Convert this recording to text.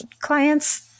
clients